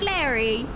Larry